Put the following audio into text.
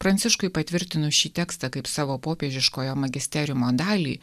pranciškui patvirtinus šį tekstą kaip savo popiežiškojo magisteriumo dalį